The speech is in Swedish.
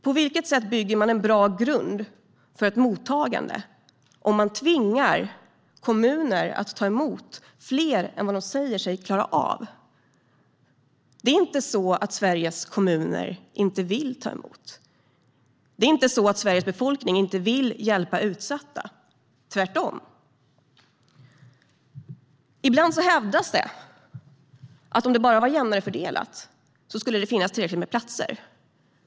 På vilket sätt bygger man en bra grund för ett mottagande om man tvingar kommuner att ta emot fler än vad de säger sig klara av? Det är inte så att Sveriges kommuner inte vill ta emot. Det är inte så att Sveriges befolkning inte vill hjälpa utsatta - tvärtom. Ibland hävdas det att om det bara var jämnare fördelat skulle det finnas tillräckligt med platser.